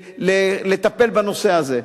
לטפל בנושא הזה.